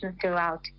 throughout